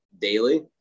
daily